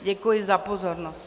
Děkuji za pozornost.